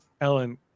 Ellen